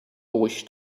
wished